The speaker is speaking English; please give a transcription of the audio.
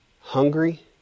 hungry